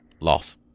Loss